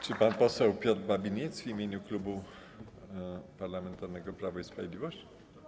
Czy pan poseł Piotr Babinetz w imieniu Klubu Parlamentarnego Prawo i Sprawiedliwość?